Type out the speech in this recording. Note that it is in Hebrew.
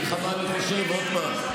אני אגיד לך מה אני חושב עוד פעם,